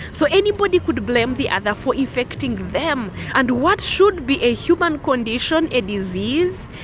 so anybody could blame the other for infecting them, and what should be a human condition, a disease,